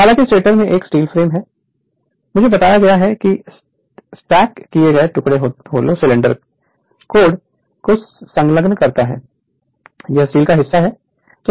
हालांकि स्टेटर में एक स्टील फ्रेम होता है मुझे बताया गया है कि स्टैक किए गए टुकड़े होलो सिलैंडरिकल कोड को संलग्न करता है यह स्टील का हिस्सा है